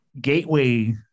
gateway